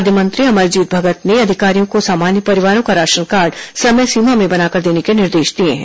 खाद्य मंत्री अमरजीत भगत ने अधिकारियों को सामान्य परिवारों का राशनकार्ड समय सीमा में बनाकर देने के निर्देश दिए हैं